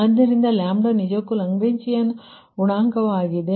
ಆದ್ದರಿಂದ ನಿಜಕ್ಕೂ ಲಾಗ್ರೇಂಜ್ ಗುಣಕವಾಗಿದೆ